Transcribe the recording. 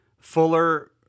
Fuller